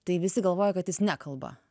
tai visi galvoja kad jis nekalba